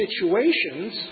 situations